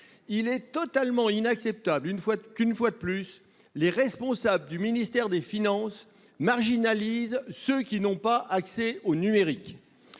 Il est totalement inacceptable que, une fois de plus, les responsables du ministère des finances marginalisent ceux qui n'ont pas accès au numérique.